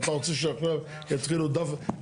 אתה רוצה שעכשיו יתחילו דף,